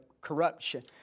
corruption